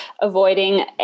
avoiding